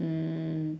mm